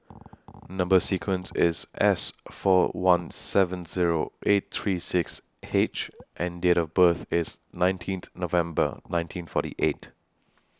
Number sequence IS S four one seven Zero eight three six H and Date of birth IS nineteenth November nineteen forty eight